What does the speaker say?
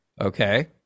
okay